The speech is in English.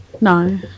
no